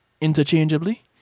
interchangeably